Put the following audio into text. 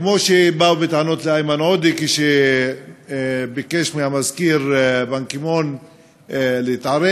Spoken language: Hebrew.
כמו שבאו בטענות לאיימן עודה כשביקש מהמזכיר באן קי-מון להתערב.